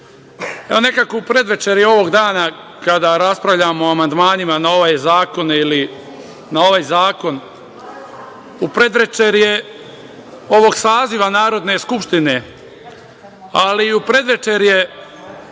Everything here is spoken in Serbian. nekako u predvečerje ovog dana, kada raspravljamo o amandmanima na ovaj zakon, u predvečerje ovog saziva Narodne skupštine, ali i u predvečerje